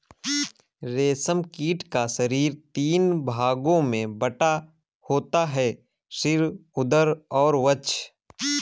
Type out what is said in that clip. रेशम कीट का शरीर तीन भागों में बटा होता है सिर, उदर और वक्ष